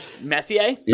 Messier